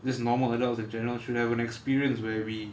just normal adults in general should have an experience where we